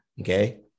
okay